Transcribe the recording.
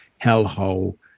hellhole